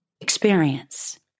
experience